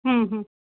हम्म हम्म